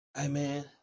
Amen